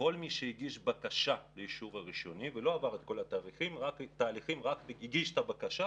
מי שהגיש בקשה לאישור הראשוני ולא עבר את שאר התהליכים הוא זכאי